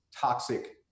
toxic